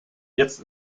jetzt